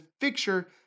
fixture